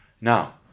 Now